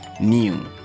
new